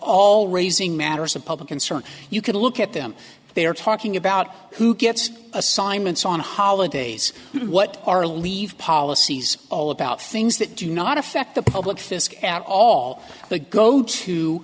all raising matters of public concern you could look at them they are talking about who gets assignments on holidays what are leave policies all about things that do not affect the public fisc at all the go to